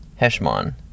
Heshmon